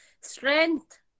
strength